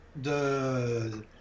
de